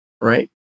right